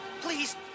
please